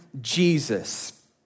Jesus